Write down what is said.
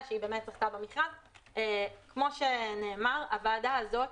כמו שאמרתי,